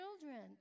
children